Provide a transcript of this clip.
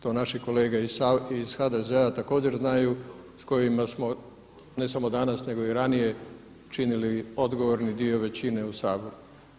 To naši kolege iz HDZ-a također znaju s kojima smo ne samo danas nego i ranije činili odgovorni dio većine u Saboru.